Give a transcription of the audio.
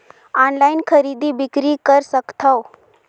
Online खरीदी बिक्री कर सकथव?